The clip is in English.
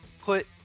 put